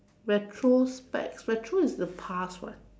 retrospect retro is the past [what]